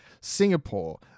singapore